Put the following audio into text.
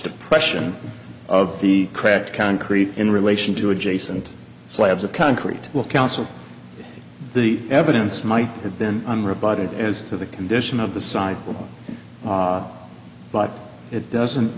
depression of the cracked concrete in relation to adjacent slabs of concrete will counsel the evidence might have been unrebutted as to the condition of the side but it doesn't